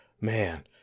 Man